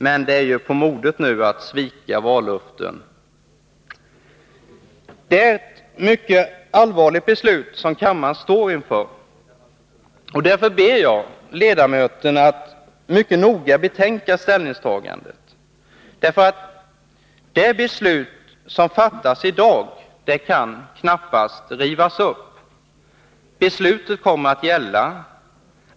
Men det är ju nu på modet att svika vallöften. Det är ett mycket allvarligt beslut som kammaren står inför. Därför ber jag ledamöterna att mycket noga betänka sitt ställningstagande. Det beslut som fattas i dag kan knappast rivas upp. Beslutet kommer att gälla.